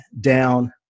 down